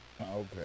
Okay